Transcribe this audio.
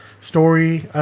story